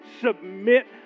submit